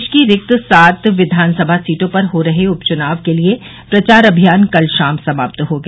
प्रदेश की रिक्त सात विधान सभा सीटों पर हो रहे उपचुनाव के लिए प्रचार अभियान कल शाम समाप्त हो गया